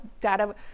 data